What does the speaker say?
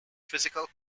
physical